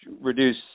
reduce